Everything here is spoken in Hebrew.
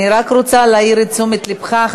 אני רק רוצה להעיר את תשומת לבך,